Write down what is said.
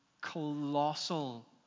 colossal